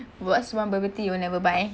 what's one bubble tea you will never buy